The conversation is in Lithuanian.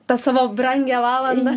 tą savo brangią valandą